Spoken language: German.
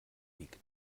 wiegt